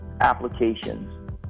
applications